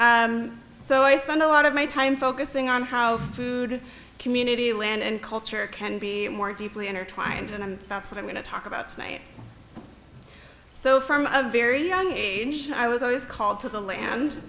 so i spend a lot of my time focusing on how food community land and culture can be more deeply intertwined and that's what i'm going to talk about tonight so from a very young age i was always called to the land